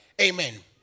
Amen